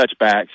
touchbacks